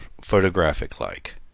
photographic-like